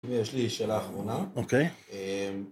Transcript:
‫יש לי שאלה אחרונה. ‫-אוקיי.